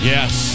Yes